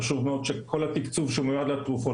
חשוב מאוד שכל התקצוב שמיועד לתרופות